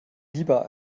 lieber